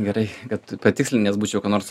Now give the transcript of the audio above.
gerai kad patikslinęs būčiau ką nors